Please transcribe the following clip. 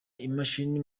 imashini